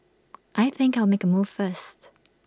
I think I'll make A move first